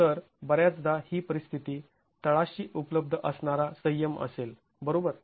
तर बऱ्याचदा ही परिस्थिती तळाशी उपलब्ध असणारा संयम असेल बरोबर